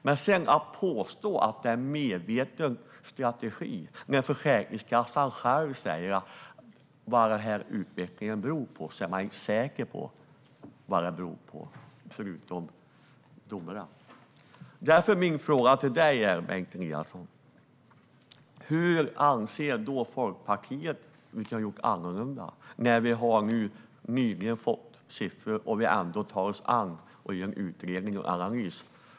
Men påstå inte att detta är en medveten strategi när Försäkringskassan själv säger att man inte är säker på vad utvecklingen beror på! Min fråga till dig är: Hur anser då Liberalerna att vi borde ha gjort annorlunda? Vi har ju nyligen fått siffror och tar oss an detta och gör en utredning och en analys.